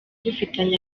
dufitanye